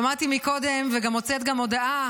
שמעתי קודם, וגם הוצאת הודעה,